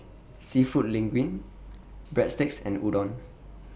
Seafood Linguine Breadsticks and Udon